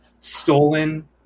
stolen